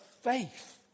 faith